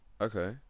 Okay